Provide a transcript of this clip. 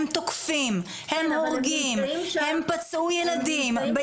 הם תוקפים, הם הורגים, הם פצעו ילדים.